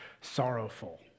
sorrowful